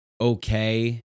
okay